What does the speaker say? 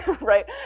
right